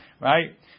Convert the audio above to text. right